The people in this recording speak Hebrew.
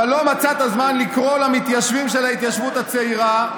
אבל לא מצאת זמן לקרוא למתיישבים של ההתיישבות הצעירה.